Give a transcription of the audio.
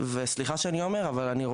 וסליחה שאני אומר את זה ככה,